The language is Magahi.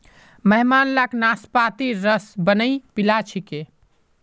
मेहमान लाक नाशपातीर रस बनइ पीला छिकि